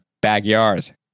backyard